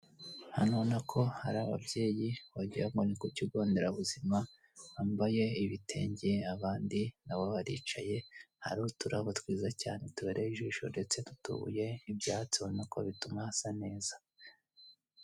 Hano urabona ko hari ababyeyi wagira ngo ni ku kigonderabuzima bambaye ibitenge abandi nabo baricaye hari uturabo twiza cyane tubereye ijisho ndetse n'utubuye n'ibyatsi ubonako bituma hasa neza.